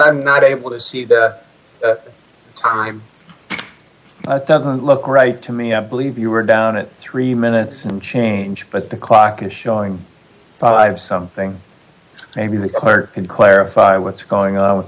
i'm not able to see that doesn't look right to me i believe you were down at three minutes and change but the clock is showing five something maybe the clerk can clarify what's going on with